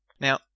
Now